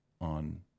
on